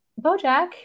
BoJack